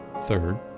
Third